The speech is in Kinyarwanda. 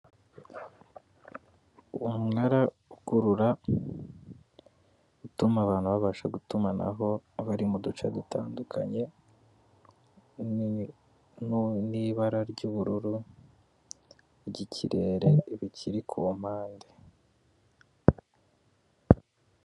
Umunara ukurura, utuma abantu babasha gutumanaho bari mu duce dutandukanye, n'ibara ry'ubururu ry'ikirere, bikiri ku mpande.